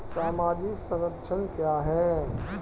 सामाजिक संरक्षण क्या है?